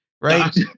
Right